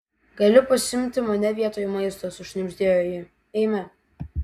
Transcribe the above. gali pasiimti mane vietoj maisto sušnibždėjo ji eime